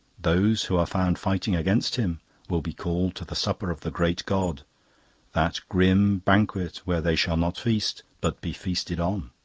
those who are found fighting against him will be called to the supper of the great god that grim banquet where they shall not feast, but be feasted on.